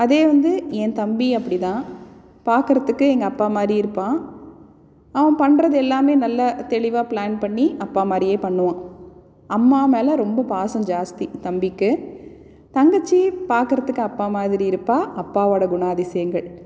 அதே வந்து என் தம்பி அப்படிதான் பார்க்குறதுக்கு எங்கள் அப்பாமாதிரி இருப்பான் அவன் பண்ணுறது எல்லாமே நல்ல தெளிவாக பிளான் பண்ணி அப்பாமாதிரியே பண்ணுவான் அம்மாமேல் ரொம்ப பாசம் ஜாஸ்தி தம்பிக்கு தங்கச்சி பார்க்கறதுக்கு அப்பாமாதிரி இருப்பாள் அப்பாவோடய குணாதிசயங்கள்